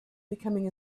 becoming